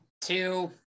two